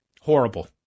Horrible